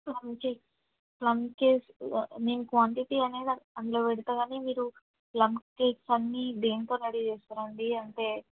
plum cake plum cakes నేను quantity అనేది అందులో పెడతా కానీ మీరు ప్లం కేక్స్ అన్నీ దేంతో రెడీ చేస్తారండి అంటే